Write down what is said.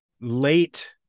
late